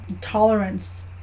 tolerance